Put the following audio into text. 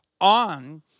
on